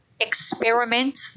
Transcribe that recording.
experiment